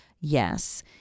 Yes